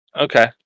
okay